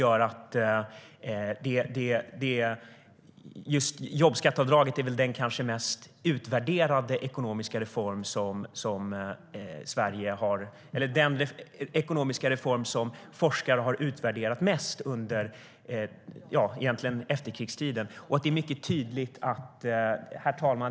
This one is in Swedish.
Och jobbskatteavdraget är väl kanske den ekonomiska reform som forskare har utvärderat mest under efterkrigstiden. Herr ålderspresident!